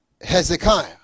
Hezekiah